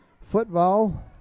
football